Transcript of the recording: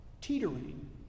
teetering